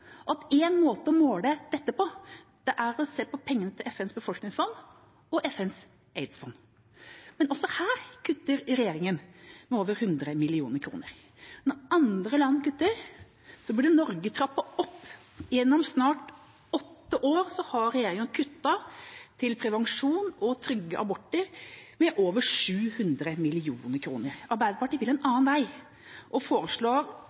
En måte å måle dette på er å se på pengene til FNs befolkningsfond og FNs aids-fond. Også her kutter regjeringa, med over 100 mill. kr. Når andre land kutter, burde Norge trappe opp. Gjennom snart åtte år har regjeringa kuttet til prevensjon og trygge aborter med over 700 mill. kr. Arbeiderpartiet vil en annen vei og foreslår